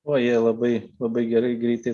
o jie labai labai gerai greitai